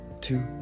two